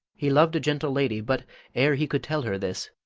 he loved a gentle lady, but ere he could tell her this,